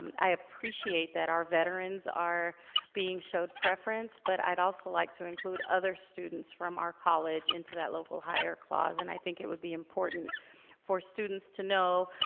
i appreciate that our veterans are being showed preference, but i'd also like to include other students from our college into that local hire clause, and i think it would be important for students to know.